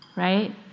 Right